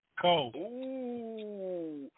Cole